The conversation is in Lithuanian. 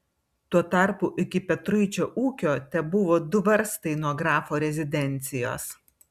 tuo tarpu iki petruičio ūkio tebuvo du varstai nuo grafo rezidencijos